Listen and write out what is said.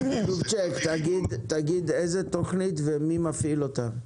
תגיד איזו תכנית ומי מפעיל אותה.